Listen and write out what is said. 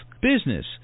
business